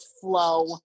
flow